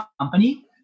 company